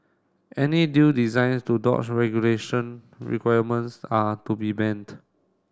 any deal designs to dodge regulation requirements are to be banned